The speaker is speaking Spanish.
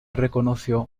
reconoció